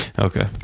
Okay